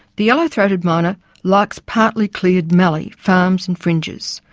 the yellow-throated miner likes partly cleared mallee, farms and fringes,